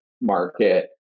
market